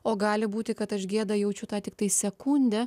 o gali būti kad aš gėdą jaučiu tai tiktai sekundę